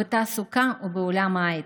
בתעסוקה ובעולם ההייטק.